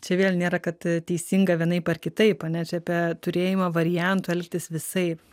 čia vėl nėra kad teisinga vienaip ar kitaip ane čia apie turėjimą variantų elgtis visaip